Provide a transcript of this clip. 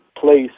place